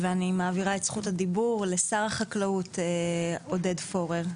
אני מעבירה את זכות הדיבור לשר החקלאות עודד פורר.